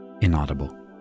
inaudible